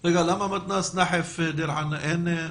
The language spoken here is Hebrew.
למה מתנ"ס דיר חנא ונחף?